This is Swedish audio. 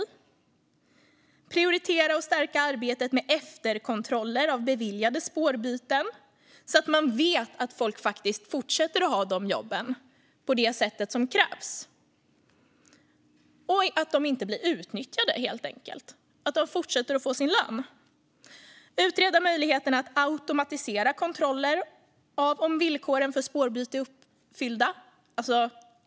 Det handlar om att prioritera och stärka arbetet med efterkontroller av beviljade spårbyten, så att man vet att folk faktiskt fortsätter att ha jobben på det sätt som krävs och att de helt enkelt inte blir utnyttjade utan att de fortsätter att få sin lön. Det handlar om att utreda möjligheterna att automatisera kontroller av om villkoren för spårbyten är uppfyllda.